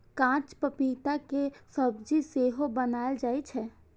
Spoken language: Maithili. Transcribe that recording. कांच पपीता के सब्जी सेहो बनाएल जाइ छै